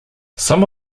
some